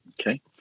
Okay